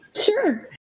sure